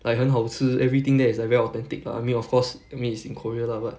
like 很好吃 everything there is like very authentic lah I mean of course I mean it's in korea lah but